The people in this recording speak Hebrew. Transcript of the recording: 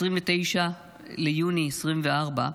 29 ביוני 2024,